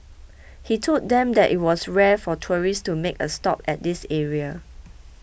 he told them that it was rare for tourists to make a stop at this area